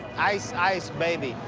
ice ice baby.